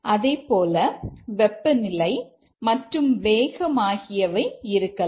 அதைப்போல வெப்பநிலை மற்றும் வேகம் ஆகியவை இருக்கலாம்